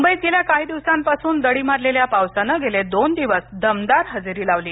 मुंबईत गेल्या काही दिवसांपासून दडी मारलेल्या पावसानं गेले दोन दिवस दमदार हजेरी लावली